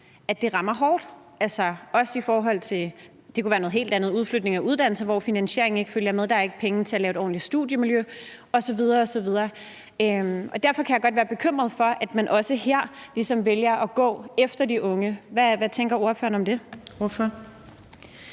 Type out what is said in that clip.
– det kunne være noget helt andet – udflytning af uddannelser, hvor finansieringen ikke følger med, og hvor der ikke er penge til at lave et ordentligt studiemiljø osv. osv. Og derfor kan jeg godt være bekymret for, at man også her ligesom vælger at gå efter de unge. Hvad tænker ordføreren om det?